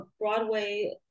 Broadway